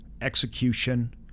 execution